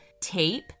tape